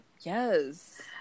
Yes